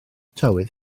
tywydd